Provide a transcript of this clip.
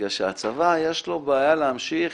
בגלל שלצבא יש בעיה להמשיך